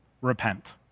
repent